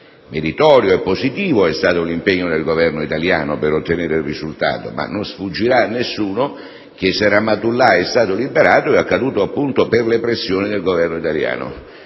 Meritorio e positivo è stato l'impegno del Governo italiano per ottenere il risultato, ma non sfuggirà a nessuno che, se Rahmatullah è stato liberato, ciò è accaduto appunto per le pressioni del Governo italiano.